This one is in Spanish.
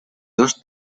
dos